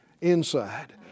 inside